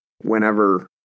whenever